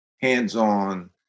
hands-on